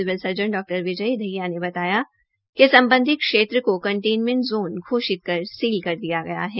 civil surgeon डॉ विजय दहिया ने बताया कि संबंधित क्षेत्र को कंटेनमेंट जोन घोषित कर सील कर दिया गया है